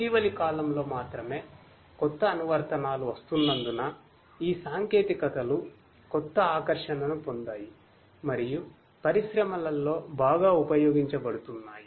ఇటీవలి కాలంలో మాత్రమే కొత్త అనువర్తనాలు వస్తున్నందున ఈ టెక్నాలజీస్ కొత్త ఆకర్షణను పొందాయి మరియు పరిశ్రమలలో బాగా ఉపయోగించబడుతున్నాయి